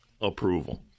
approval